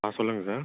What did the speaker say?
ஆ சொல்லுங்கள் சார்